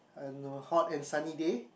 and a hot and sunny day